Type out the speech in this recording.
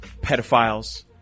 pedophiles